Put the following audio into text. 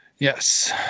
Yes